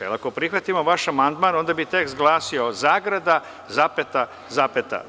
Jer, ako prihvatimo vaš amandman onda bi tekst glasio – zagrada, zapeta, zapeta.